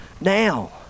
now